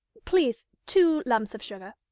please, two lumps of sugar.